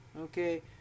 okay